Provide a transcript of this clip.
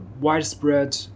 widespread